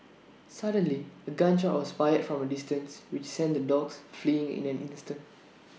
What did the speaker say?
suddenly A gun shot was fired from A distance which sent the dogs fleeing in an instant